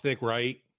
right